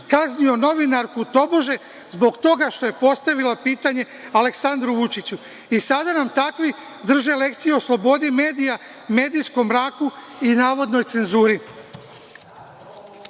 kaznio novinarku, tobože zbog toga što je postavila pitanje Aleksandru Vučiću. I sada nam takvi drže lekciju o slobodi medija, medijskom mraku i navodnoj cenzuri. Pošto